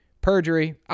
Perjury